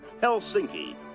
Helsinki